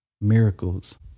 miracles